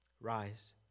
Rise